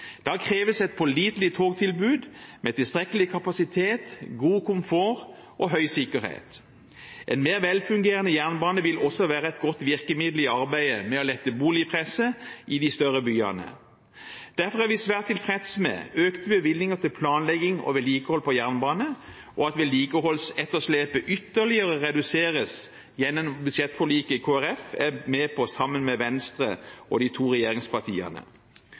Da kreves et pålitelig togtilbud med tilstrekkelig kapasitet, god komfort og høy sikkerhet. En mer velfungerende jernbane vil også være et godt virkemiddel i arbeidet med å lette boligpresset i de større byene. Derfor er vi svært tilfreds med økte bevilgninger til planlegging og vedlikehold av jernbane, og at vedlikeholdsetterslepet ytterligere reduseres gjennom budsjettforliket Kristelig Folkeparti er med på sammen med Venstre og de to regjeringspartiene.